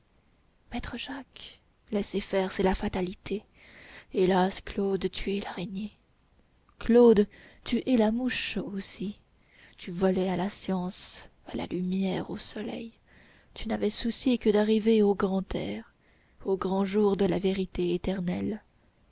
maître jacques laissez faire c'est la fatalité hélas claude tu es l'araignée claude tu es la mouche aussi tu volais à la science à la lumière au soleil tu n'avais souci que d'arriver au grand air au grand jour de la vérité éternelle